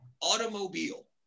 automobile